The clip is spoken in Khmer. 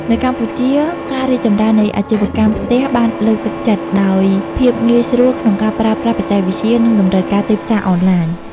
នៅកម្ពុជា ការរីកចម្រើននៃអាជីវកម្មផ្ទះបានលើកទឹកចិត្តដោយភាពងាយស្រួលក្នុងការប្រើប្រាស់បច្ចេកវិទ្យា និងតម្រូវការទីផ្សារអនឡាញ។